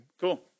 Cool